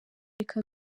reka